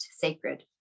sacred